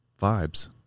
vibes